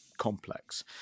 Complex